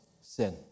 sin